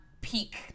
peak